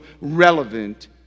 relevant